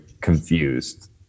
confused